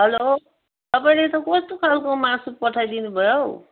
hello तपाईँले त कस्तो खालको मासु पठाइदिनुभयो हौ